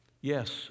Yes